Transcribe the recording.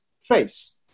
face